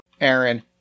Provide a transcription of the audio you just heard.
Aaron